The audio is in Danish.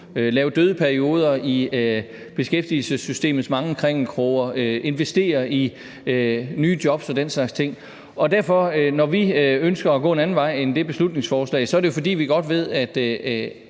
lave døde perioder i beskæftigelsessystemets mange krinkelkroge, investere i nye jobs og den slags ting. Og når vi ønsker at gå en anden vej end det beslutningsforslag, er det jo, fordi vi godt ved, at